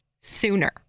sooner